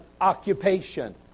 occupation